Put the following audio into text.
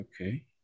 Okay